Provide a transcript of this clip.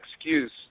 excuse